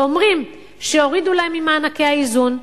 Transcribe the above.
ואומרים שהורידו להם ממענקי האיזון,